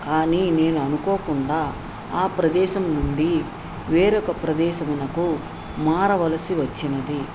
కానీ నేను అనుకోకుండా ఆ ప్రదేశం నుండి వేరొక ప్రదేశమునకు మారవలసి వచ్చినది